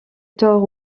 tort